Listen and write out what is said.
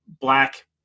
black